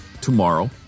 tomorrow